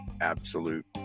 absolute